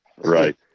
Right